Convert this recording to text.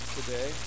today